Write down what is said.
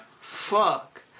Fuck